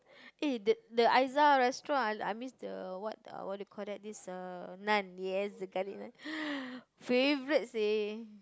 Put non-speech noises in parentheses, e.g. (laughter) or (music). eh the the Ayza restaurant I I miss the what what do you call that this uh Naan yes the garlic Naan (breath) favourite seh